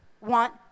want